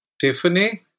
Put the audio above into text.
Tiffany